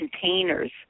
containers